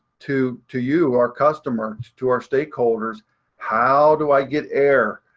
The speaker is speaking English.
to to you, our customers, to our stakeholders how do i get air?